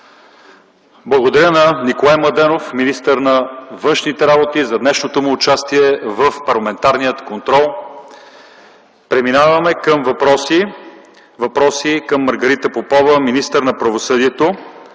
Благодаря на Николай Младенов – министър на външните работи, за днешното му участие в парламентарния контрол. Преминаваме към въпроси към Маргарита Попова – министър на правосъдието.